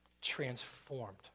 transformed